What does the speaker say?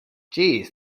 jeez